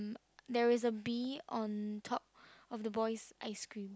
there is a bee on top of the boy's ice cream